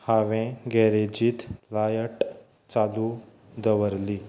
हांवें गॅरेजींत लायट चालू दवरली